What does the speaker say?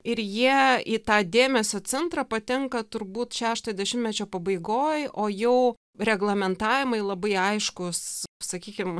ir jie į tą dėmesio centrą patenka turbūt šeštojo dešimmečio pabaigoj o jau reglamentavimai labai aiškūs sakykim